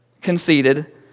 conceded